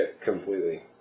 completely